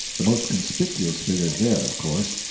the most conspicuous figures there, of course.